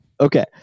Okay